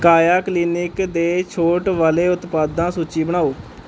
ਕਾਇਆ ਕਲੀਨਿਕ ਦੇ ਛੋਟ ਵਾਲੇ ਉਤਪਾਦਾਂ ਸੂਚੀ ਬਣਾਓ